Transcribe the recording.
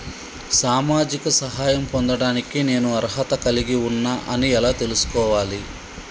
సామాజిక సహాయం పొందడానికి నేను అర్హత కలిగి ఉన్న అని ఎలా తెలుసుకోవాలి?